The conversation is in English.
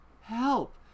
help